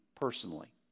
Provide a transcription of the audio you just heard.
personally